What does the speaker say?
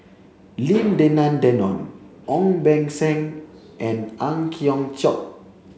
Lim Denan Denon Ong Beng Seng and Ang Hiong Chiok